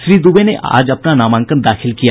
श्री दूबे ने आज अपना नामांकन दाखिल कर दिया